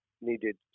needed